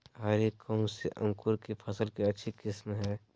हरी कौन सी अंकुर की फसल के अच्छी किस्म है?